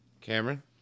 Cameron